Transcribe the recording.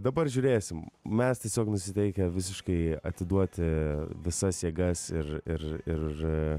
dabar žiūrėsim mes tiesiog nusiteikę visiškai atiduoti visas jėgas ir ir ir